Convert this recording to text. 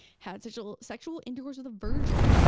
had sensual sexual intercourse with a virgin.